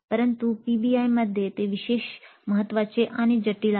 परंतु पीबीआयमध्ये ते विशेष महत्वाचे आणि जटिल आहे